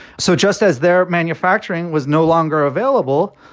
so just as there manufacturing was no longer available,